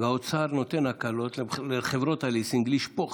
והאוצר נותן הקלות לחברות הליסינג לשפוך